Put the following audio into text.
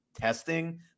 testing